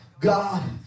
God